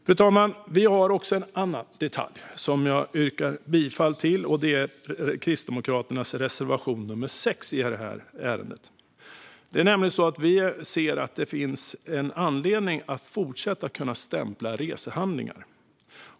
Fru talman! Vi har också en annan detalj som jag yrkar bifall till, och det är Kristdemokraternas reservation nummer 6 i det här ärendet. Vi ser att det finns en anledning att fortsätta kunna stämpla resehandlingar.